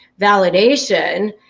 validation